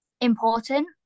important